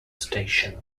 station